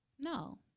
No